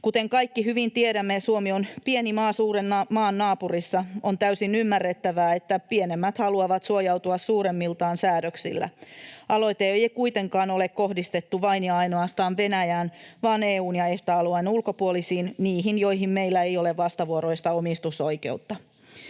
Kuten kaikki hyvin tiedämme, Suomi on pieni maa suuren maan naapurissa. On täysin ymmärrettävää, että pienemmät haluavat suojautua suuremmiltaan säädöksillä. Aloite ei kuitenkaan ole kohdistettu vain ja ainoastaan Venäjään vaan EU:n ja EFTA-alueen ulkopuolisiin, niihin, joihin meillä ei ole vastavuoroista omistusoikeutta.